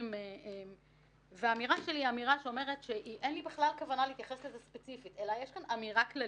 היא אומרת לי הזיכרונות של אחותי יש לה אחות שנפטרה בגיל 24,